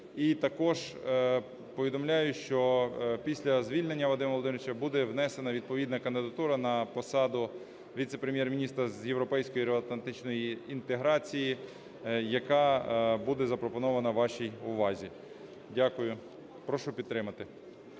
також повідомляю, що після звільнення Вадима Володимировича буде внесена відповідна кандидатура на посаду Віце-прем'єр-міністра з європейської та євроатлантичної інтеграції, яка буде запропонована вашій увазі. Дякую. Прошу підтримати.